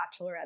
bachelorette